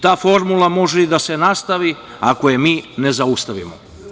Ta forma može i da se nastavi, ako je mi ne zaustavimo.